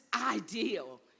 ideal